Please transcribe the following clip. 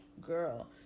girl